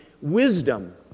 wisdom